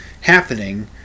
happening